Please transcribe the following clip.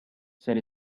said